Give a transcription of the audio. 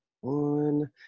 one